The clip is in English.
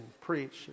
preach